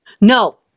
No